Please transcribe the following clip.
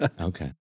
Okay